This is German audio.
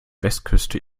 westküste